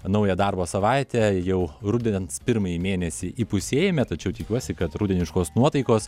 naują darbo savaitę jau rudens pirmąjį mėnesį įpusėjame tačiau tikiuosi kad rudeniškos nuotaikos